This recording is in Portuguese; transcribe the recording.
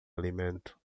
alimento